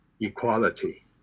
equality